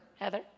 Heather